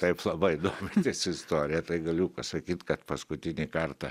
taip labai domitės istorija tai galiu pasakyt kad paskutinį kartą